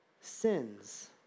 sins